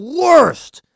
worst